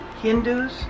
Hindus